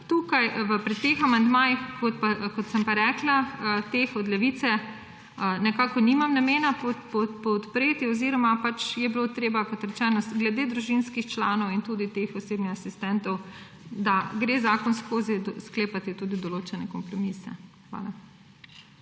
amandmajev od Levice, kot sem pa rekla, nekako nimam namena podpreti; oziroma pač je bilo treba, kot rečeno, glede družinskih članov in tudi teh osebnih asistentov, da gre zakon skozi, sklepati tudi določene kompromise. Hvala.